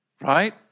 right